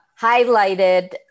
highlighted